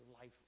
life